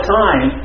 time